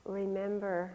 remember